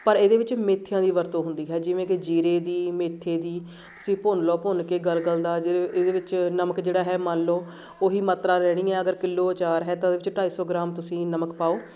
ਪਰ ਇਹਦੇ ਵਿੱਚ ਮੇਥਿਆਂ ਦੀ ਵਰਤੋਂ ਹੁੰਦੀ ਹੈ ਜਿਵੇਂ ਕਿ ਜੀਰੇ ਦੀ ਮੇਥੇ ਦੀ ਤੁਸੀਂ ਭੁੰਨ ਲਓ ਭੁੰਨ ਕੇ ਗਲਗਲ ਦਾ ਜ ਇਹਦੇ ਵਿੱਚ ਨਮਕ ਜਿਹੜਾ ਹੈ ਮੰਨ ਲਓ ਉਹੀ ਮਾਤਰਾ ਰਹਿਣੀ ਹੈ ਅਗਰ ਕਿੱਲੋ ਅਚਾਰ ਹੈ ਤਾਂ ਉਹਦੇ ਵਿੱਚ ਢਾਈ ਸੌ ਗ੍ਰਾਮ ਤੁਸੀਂ ਨਮਕ ਪਾਓ